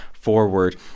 Forward